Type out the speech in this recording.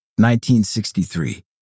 1963